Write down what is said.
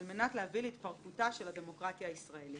על מנת להביא להתפרקות של הדמוקרטיה הישראלית".